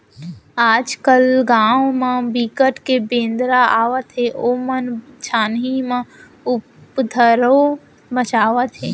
आजकाल गाँव म बिकट के बेंदरा आवत हे ओमन छानही म उपदरो मचावत हे